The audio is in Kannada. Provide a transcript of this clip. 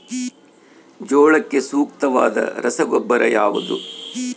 ಜೋಳಕ್ಕೆ ಸೂಕ್ತವಾದ ರಸಗೊಬ್ಬರ ಯಾವುದು?